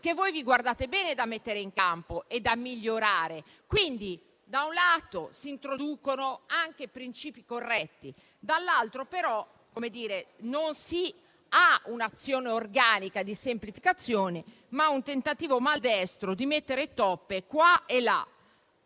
che vi guardate bene dal mettere in campo e dal migliorare. Quindi, da un lato, si introducono principi anche corretti; dall'altro, però, non si ha un'azione organica di semplificazione, ma un tentativo maldestro di mettere toppe qua e là.